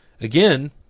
again